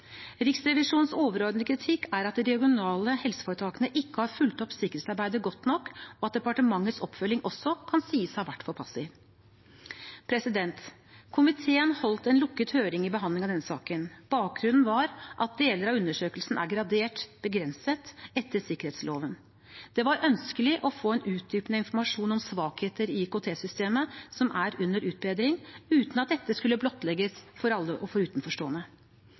Riksrevisjonens overordnede kritikk er at de regionale helseforetakene ikke har fulgt opp sikkerhetsarbeidet godt nok, og at departementets oppfølging også kan sies å ha vært for passiv. Komiteen holdt en lukket høring i behandlingen av denne saken. Bakgrunnen var at deler av undersøkelsen er gradert BEGRENSET etter sikkerhetsloven. Det var ønskelig å få en utdypende informasjon om svakheter i IKT-systemet, som er under utbedring, uten at dette skulle blottlegges for alle og for utenforstående.